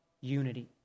unity